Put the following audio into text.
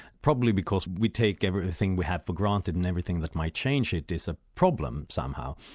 probably because we take everything we have for granted and everything that might change it is a problem somehow,